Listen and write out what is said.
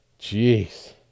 Jeez